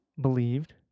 believed